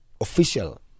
official